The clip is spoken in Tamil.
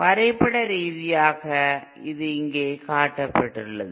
வரைபட ரீதியாக இது இங்கே காட்டப்பட்டுள்ளது